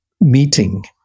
meeting